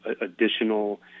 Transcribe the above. additional